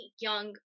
young